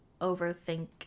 overthink